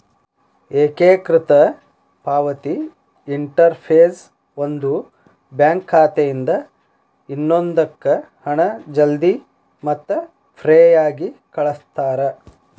ಏಕೇಕೃತ ಪಾವತಿ ಇಂಟರ್ಫೇಸ್ ಒಂದು ಬ್ಯಾಂಕ್ ಖಾತೆಯಿಂದ ಇನ್ನೊಂದಕ್ಕ ಹಣ ಜಲ್ದಿ ಮತ್ತ ಫ್ರೇಯಾಗಿ ಕಳಸ್ತಾರ